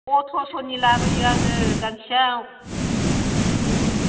अत्र'स'नि लाबोयो आङो गांसेयाव